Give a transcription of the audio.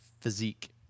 physique